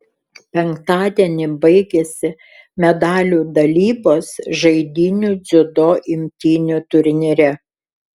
penktadienį baigėsi medalių dalybos žaidynių dziudo imtynių turnyre